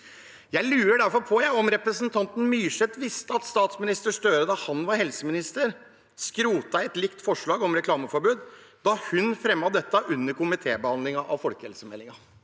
Jeg lurer derfor på om representanten Myrseth visste at statsminister Støre, da han var helseminister, skrotet et likt forslag om reklameforbud, da hun fremmet dette under komitébehandlingen av folkehelsemeldingen.